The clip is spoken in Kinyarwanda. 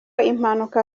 impanuka